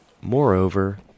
Moreover